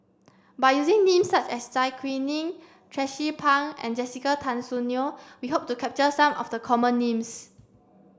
by using names such as Zai Kuning Tracie Pang and Jessica Tan Soon Neo we hope to capture some of the common names